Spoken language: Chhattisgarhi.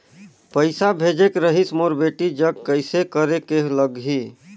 पइसा भेजेक रहिस मोर बेटी जग कइसे करेके लगही?